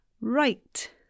right